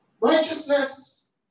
Righteousness